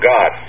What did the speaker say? God